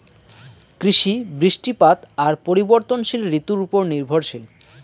কৃষি, বৃষ্টিপাত আর পরিবর্তনশীল ঋতুর উপর নির্ভরশীল